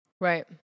Right